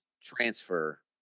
transfer